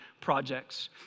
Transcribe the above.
projects